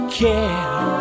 care